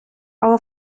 але